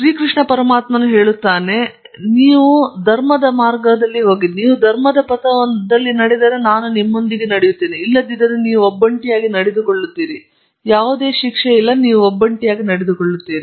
ಮತ್ತು ಕೃಷ್ಣ ಪರಮಾತ್ಮನು ಧರ್ಮದ ಮಾರ್ಗವೆಂದು ಹೇಳುತ್ತಾನೆ ಹಾಗಾಗಿ ನೀವು ಧರ್ಮದ ಪಥವನ್ನು ನಡೆದರೆ ನಾನು ನಿಮ್ಮೊಂದಿಗೆ ನಡೆಯುತ್ತೇನೆ ಇಲ್ಲದಿದ್ದರೆ ನೀವು ಒಬ್ಬಂಟಿಯಾಗಿ ನಡೆದುಕೊಳ್ಳುತ್ತೀರಿ ಯಾವುದೇ ಶಿಕ್ಷೆಯಿಲ್ಲ ನೀವು ಒಬ್ಬಂಟಿಯಾಗಿ ನಡೆದುಕೊಳ್ಳುತ್ತೀರಿ